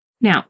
Now